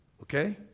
Okay